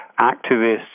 activists